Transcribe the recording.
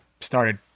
started